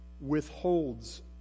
withholds